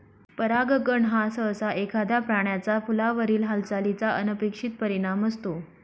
परागकण हा सहसा एखाद्या प्राण्याचा फुलावरील हालचालीचा अनपेक्षित परिणाम असतो